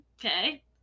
okay